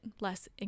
less